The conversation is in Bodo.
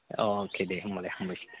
अके दे होमबालाय हामबायसै